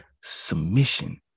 submission